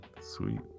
Sweet